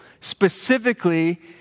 specifically